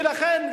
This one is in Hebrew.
ולכן,